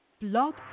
Blog